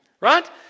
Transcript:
right